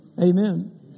Amen